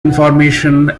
information